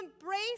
embrace